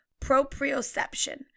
proprioception